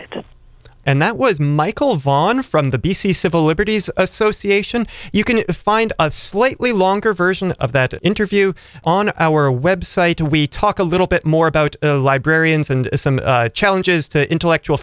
it and that was michael vaughan from the b b c civil liberties association you can find a slightly longer version of that interview on our website and we talk a little bit more about librarians and some challenges to intellectual